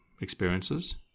experiences